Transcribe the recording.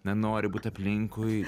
nenoriu būt aplinkui